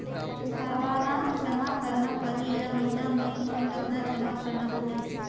सालाना जमा करना परही या महीना मे और कतना जमा करना होहि?